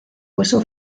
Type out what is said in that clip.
hueso